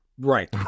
right